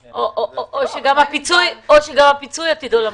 או שגם הפיצוי, עתידו למות.